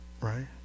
right